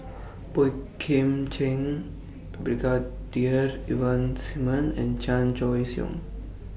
Boey Kim Cheng Brigadier Ivan Simson and Chan Choy Siong